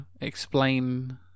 Explain